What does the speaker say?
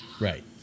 right